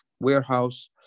warehouse